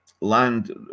land